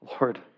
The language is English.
Lord